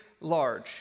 large